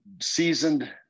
seasoned